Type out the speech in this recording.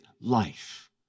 life